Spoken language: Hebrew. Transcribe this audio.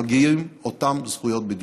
מגיעות אותן זכויות בדיוק.